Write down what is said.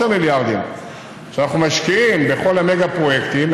המיליארדים שאנחנו משקיעים בכל המגה-פרויקטים,